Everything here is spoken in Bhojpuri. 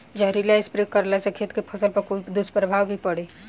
जहरीला स्प्रे करला से खेत के फसल पर कोई दुष्प्रभाव भी पड़ी?